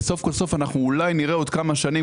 וסוף כל סוף אנחנו אולי נראה עוד כמה שנים